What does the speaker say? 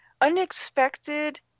unexpected